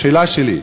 השאלה שלי: